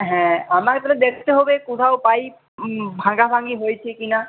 হ্যাঁ আমায় তাহলে দেখতে হবে কোথাও পাইপ ভাঙাভাঙি হয়েছে কি না